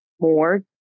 more